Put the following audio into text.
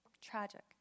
tragic